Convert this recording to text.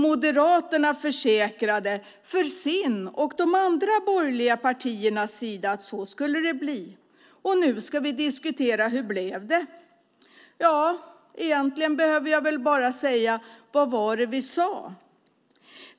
Moderaterna försäkrade för sin och de andra borgerliga partiernas del att det skulle bli så. Nu ska vi diskutera hur det blev. Egentligen behöver jag väl bara säga: Vad var det vi sade!